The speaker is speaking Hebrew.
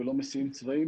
ולא מסיעים צבעים,